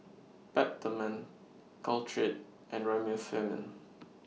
Peptamen Caltrate and Remifemin